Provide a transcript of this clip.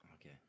Okay